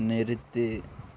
நிறுத்து